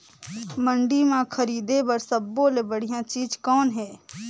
मंडी म खरीदे बर सब्बो ले बढ़िया चीज़ कौन हे?